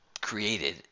created